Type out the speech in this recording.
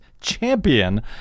champion